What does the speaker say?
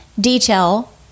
detail